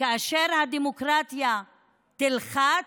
כאשר הדמוקרטיה תלחץ,